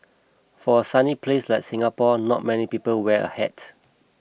for a sunny place like Singapore not many people wear a hat